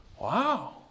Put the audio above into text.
Wow